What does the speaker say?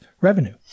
revenue